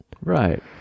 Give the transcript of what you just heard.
Right